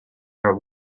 are